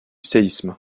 séisme